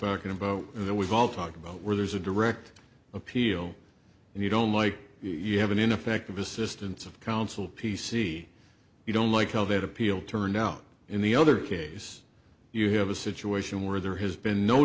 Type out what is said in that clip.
talking about the we've all talked about where there's a direct appeal and you don't like you have an ineffective assistance of counsel p c you don't like hell that appeal turned out in the other case you have a situation where there has been no